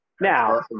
Now